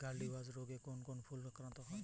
Gladiolus রোগে কোন কোন ফুল আক্রান্ত হয়?